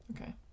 okay